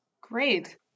Great